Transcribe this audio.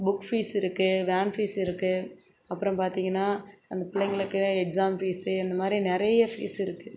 book fees இருக்குது van fees இருக்குது அப்புறம் பார்த்தீங்கனா அந்த பிள்ளைங்களுக்கு எக்ஸாம் ஃபீஸ்ஸு அந்த மாதிரி நிறைய ஃபீஸ் இருக்குது